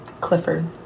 Clifford